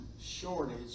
shortage